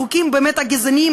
החוקים הגזעניים,